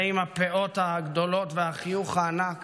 זה עם הפאות הגדולות והחיוך הענק